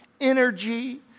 energy